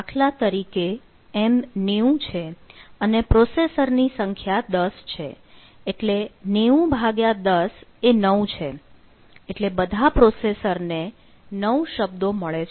દાખલા તરીકે m 90 છે અને પ્રોસેસર ની સંખ્યા p છે એટલે 90p એ 9 છે એટલે બધા પ્રોસેસર ને 9 શબ્દો મળે છે